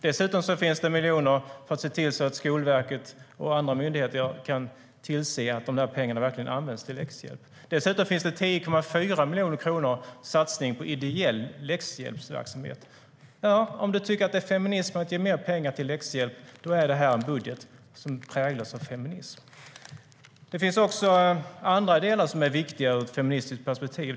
Dessutom finns miljoner till Skolverket och andra myndigheter som ska tillse att pengarna verkligen används till läxhjälp. Dessutom finns 10,4 miljoner kronor för en satsning på ideell läxhjälpsverksamhet. Det finns också andra delar som är viktiga ur ett feministiskt perspektiv.